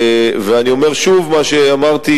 ואני אומר שוב מה שאמרתי,